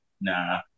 nah